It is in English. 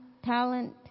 Talent